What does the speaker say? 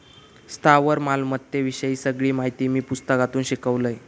स्थावर मालमत्ते विषयी सगळी माहिती मी पुस्तकातून शिकलंय